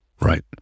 right